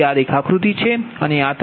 તેથી આ રેખાકૃતિ છે અને આ